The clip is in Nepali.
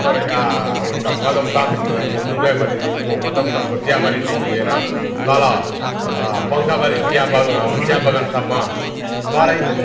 तर उता बदामताम घुम्नु गयो भनेदेखिको बदामतामको चियाबारीदेखि लिएर तल पङ्खाबारी चिया बन चिया बगानसम्म तराई